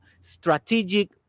strategic